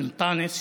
של אנטאנס,